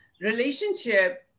Relationship